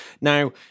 Now